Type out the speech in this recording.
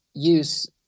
use